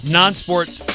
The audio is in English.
non-sports